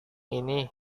ini